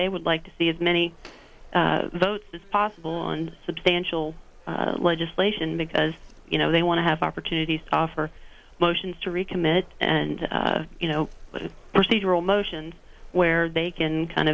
they would like to see as many votes as possible on substantial legislation because you know they want to have opportunities to offer motions to recommit and you know procedural motions where they can kind